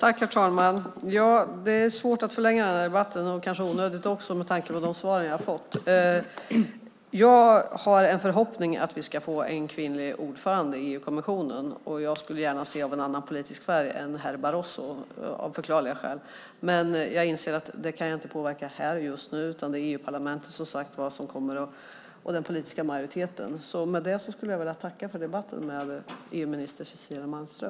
Herr talman! Det är svårt att förlänga denna debatt och kanske onödigt också med tanke på de svar som jag har fått. Jag har en förhoppning om att vi ska få en kvinnlig ordförande i EU-kommissionen, och jag skulle gärna se att det blir en ordförande med en annan politisk färg än den som herr Barroso har. Men jag inser att jag inte kan påverka det här just nu, utan det är EU-parlamentet och den politiska majoriteten som kommer att göra det. Därmed tackar jag för debatten med EU-minister Cecilia Malmström.